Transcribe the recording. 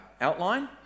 outline